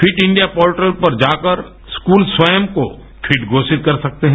fit India portal पर जाकर school स्वयं को फिट घोषित कर सकते हैं